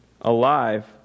alive